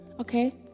okay